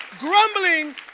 Grumbling